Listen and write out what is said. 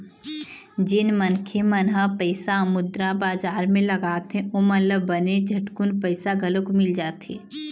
जेन मनखे मन ह पइसा मुद्रा बजार म लगाथे ओमन ल बने झटकून पइसा घलोक मिल जाथे